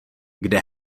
kde